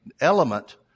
element